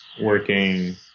working